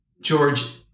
George